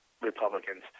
Republicans